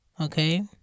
okay